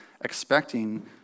expecting